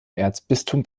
erzbistum